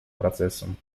процессом